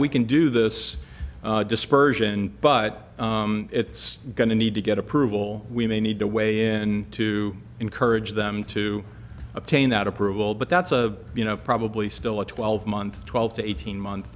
we can do this dispersion but it's going to need to get approval we may need to weigh in to encourage them to obtain that approval but that's a you know probably still a twelve month twelve to eighteen month